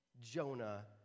Jonah